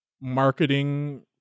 marketing